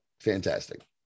Fantastic